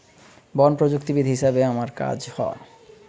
বন প্রযুক্তিবিদ হিসাবে আমার কাজ হ